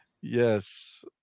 yes